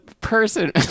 person